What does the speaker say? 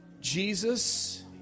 Jesus